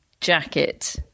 jacket